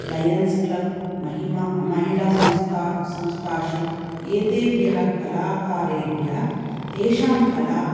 lions Club महिमा महिलासंस्थासु एतेभ्यः कलाकारेभ्यः तेषां कलां